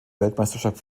weltmeisterschaft